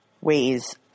ways